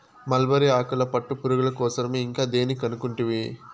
mulberry ఆకులు పట్టుపురుగుల కోసరమే ఇంకా దేని కనుకుంటివి